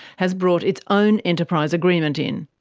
has brought its own enterprise agreement in.